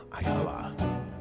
Ayala